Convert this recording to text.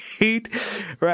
right